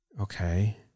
Okay